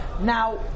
Now